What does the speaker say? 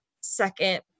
second